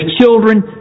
children